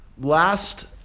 Last